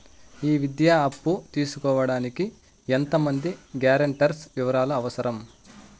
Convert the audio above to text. ఈ విద్యా అప్పు తీసుకోడానికి ఎంత మంది గ్యారంటర్స్ వివరాలు అవసరం?